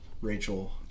Rachel